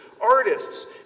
artists